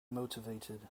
motivated